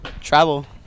travel